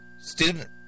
student